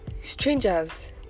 strangers